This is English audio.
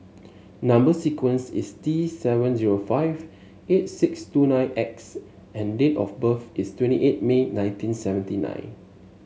number sequence is T seven zero five eight six two nine X and date of birth is twenty eight May nineteen seventy nine